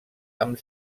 amb